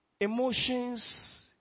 Emotions